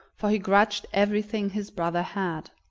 for he grudged everything his brother had.